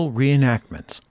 reenactments